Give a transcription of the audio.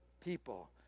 people